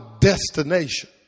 destination